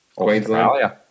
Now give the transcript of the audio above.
Queensland